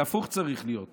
זה צריך להיות הפוך.